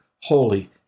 holy